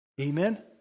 Amen